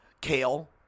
kale